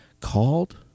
called